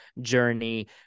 journey